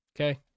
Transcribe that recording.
Okay